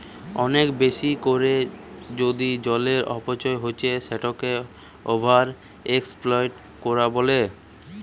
অনেক বেশি কোরে যদি জলের অপচয় হচ্ছে সেটাকে ওভার এক্সপ্লইট কোরা বলে